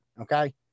Okay